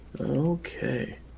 Okay